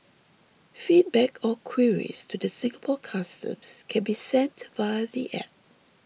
feedback or queries to the Singapore Customs can be sent via the app